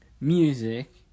music